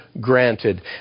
granted